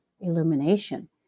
illumination